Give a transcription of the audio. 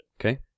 Okay